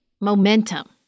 momentum